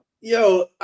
Yo